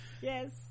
Yes